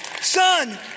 son